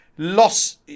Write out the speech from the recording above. loss